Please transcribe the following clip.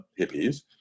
hippies